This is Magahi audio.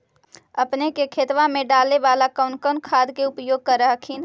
अपने के खेतबा मे डाले बाला कौन कौन खाद के उपयोग कर हखिन?